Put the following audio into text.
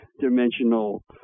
dimensional